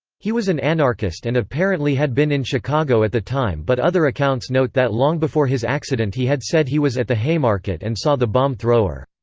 he was an anarchist and apparently had been in chicago at the time but other accounts note that long before his accident he had said he was at the haymarket and saw the bomb thrower.